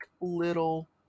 little